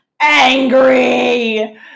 angry